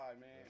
man